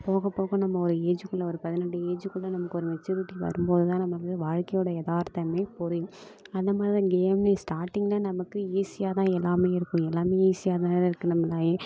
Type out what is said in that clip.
போக போக நம்ம ஒரு ஏஜ்ஜுக்குள்ள ஒரு பன்னிரெண்டு ஏஜ்ஜூக்குள்ள நமக்கு ஒரு மெச்சுரிட்டி வரும் போது தான் நமக்கு வாழ்க்கையோட எதார்த்தமே புரியும் அந்தமாதிரி தான் கேம்லையும் ஸ்டார்டிங்லே நமக்கு ஈஸியாக தான் எல்லாமே இருக்கும் எல்லாமே ஈஸியாக தானே இருக்குது நம்மளையும்